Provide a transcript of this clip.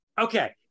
okay